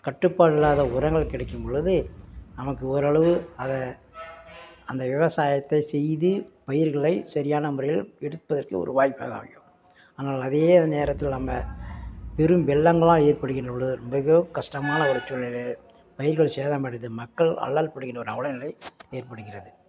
கட்டுப்பாடு இல்லாத உரங்கள் கிடைக்கும்பொழுது நமக்கு ஓரளவு அதை அந்த விவசாயத்தை செய்து பயிர்களை சரியான முறையில் எடுப்பதற்கு ஒரு வாய்ப்பாக அமையும் ஆனால் அதையே அந்த நேரத்தில் நம்ம பெரும் வெள்ளங்களாக ஏற்படுகின்றபொழுது மிக கஷ்டமான ஒரு சூழ்நிலையில் பயிர்கள் சேதம் அடைந்து மக்கள் அல்லல்படுகின்ற ஒரு அவலநிலை ஏற்படுகிறது